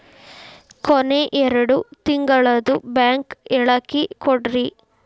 ಕೊನೆ ಎರಡು ತಿಂಗಳದು ಬ್ಯಾಂಕ್ ಹೇಳಕಿ ಕೊಡ್ರಿ